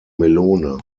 melone